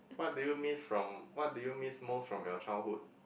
what do you miss from what do you miss most from your childhood